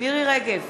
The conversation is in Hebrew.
מירי רגב,